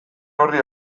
horri